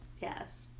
Yes